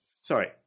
sorry